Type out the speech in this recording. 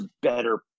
better